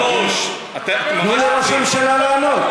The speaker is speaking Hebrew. תנו לראש ממשלה לענות,